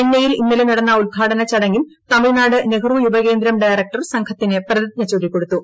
ചെന്നൈയിൽ ഇന്നലെ നടന്ന ഉദ്ഘാടന ചടങ്ങിൽ തമിഴ്നാട് നെഹ്റു യുവ കേന്ദ്രം ഡയറക്ടർ സംഘത്തിന് പ്രതിജ്ഞ ചൊല്ലിക്കൊടുത്തു